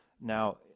Now